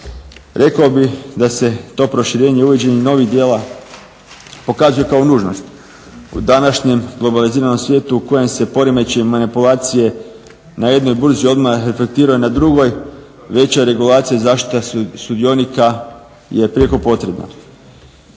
Rekao bih da se to proširenje i uvođenje novih djela pokazuje kao nužnost u današnjem globaliziranom svijetu u kojem se poremećaji manipulacije na jednoj burzi odmah reflektiraju na drugoj, veća regulacija i zaštita sudionika je prijeko potrebna.